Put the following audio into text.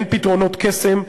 אין פתרונות קסם,